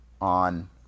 on